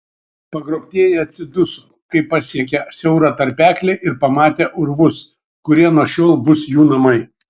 pagrobtieji atsiduso kai pasiekė siaurą tarpeklį ir pamatė urvus kurie nuo šiol bus jų namai